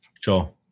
Sure